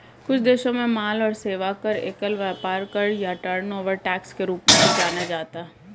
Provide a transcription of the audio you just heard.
कुछ देशों में माल और सेवा कर, एकल व्यापार कर या टर्नओवर टैक्स के रूप में भी जाना जाता है